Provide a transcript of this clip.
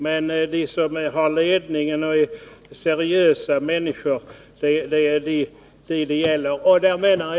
Det gäller här personer i ledande ställning vilka är seriöst inriktade.